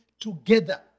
together